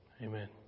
amen